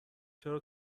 چرا